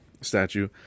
statue